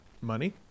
Money